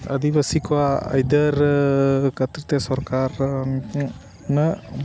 ᱟᱫᱤᱵᱟᱥᱤ ᱠᱚᱣᱟᱜ ᱟᱹᱭᱫᱟᱹᱨ ᱠᱷᱟᱹᱛᱤᱨ ᱛᱮ ᱥᱚᱨᱠᱟᱨ ᱩᱱᱟᱹᱜ